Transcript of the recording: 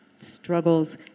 struggles